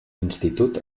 institut